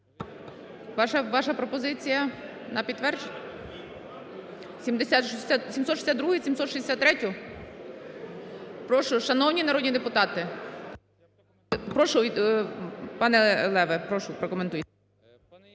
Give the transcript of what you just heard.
Ваша пропозиція – на підтвердження? 762-у і 763-ю? Прошу, шановні народні депутати. Прошу, пане Леве, прошу,